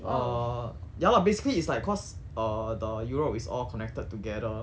err ya lah basically it's like cause err the europe is all connected together